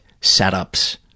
setups